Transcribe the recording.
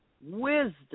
Wisdom